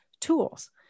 tools